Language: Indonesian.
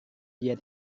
dia